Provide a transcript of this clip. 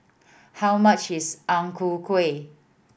how much is Ang Ku Kueh